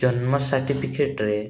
ଜନ୍ମ ସାର୍ଟିଫିକେଟରେ